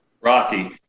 Rocky